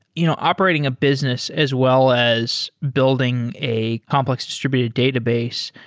you know operating a business as well as building a complex distributed database,